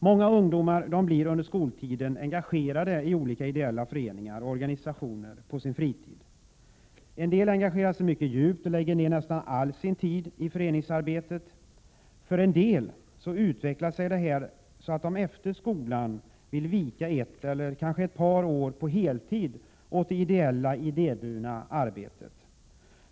Många ungdomar blir under skoltiden engagerade i olika ideella föreningar och organisationer på sin fritid. En del engagerar sig mycket djupt och lägger ned nästan all sin tid i föreningsarbetet. För en del utvecklar det sig så att de efter skolan vill vika ett eller ett par år på heltid åt det ideella idéburna arbetet.